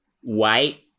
White